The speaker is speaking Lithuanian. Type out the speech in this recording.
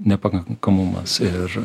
nepakankamumas ir